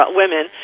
women